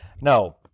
no